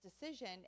decision